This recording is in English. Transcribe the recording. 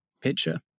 picture